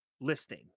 listing